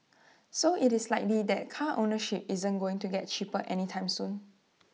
so IT is likely that car ownership isn't going to get cheaper anytime soon